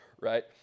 right